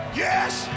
yes